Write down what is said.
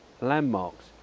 landmarks